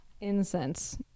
incense